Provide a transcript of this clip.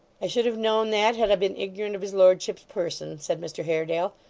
i should have known that, had i been ignorant of his lordship's person said mr haredale.